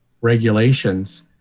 regulations